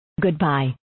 Goodbye